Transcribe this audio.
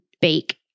bake